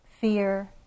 fear